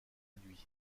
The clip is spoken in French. réduits